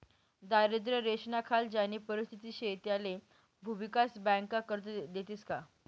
दारिद्र्य रेषानाखाल ज्यानी परिस्थिती शे त्याले भुविकास बँका कर्ज देतीस का?